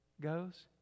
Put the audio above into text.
goes